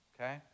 okay